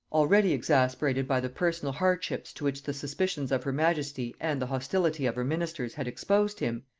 already exasperated by the personal hardships to which the suspicions of her majesty and the hostility of her ministers had exposed him,